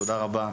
תודה רבה.